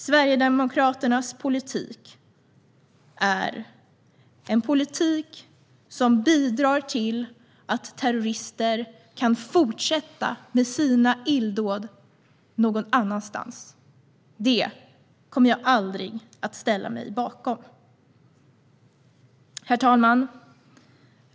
Sverigedemokraternas politik är en politik som bidrar till att terrorister kan fortsätta med sina illdåd någon annanstans. Det kommer jag aldrig att ställa mig bakom. Herr talman!